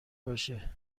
باشه